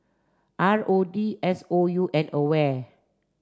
R O D S O U and AWARE